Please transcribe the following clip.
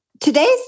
Today's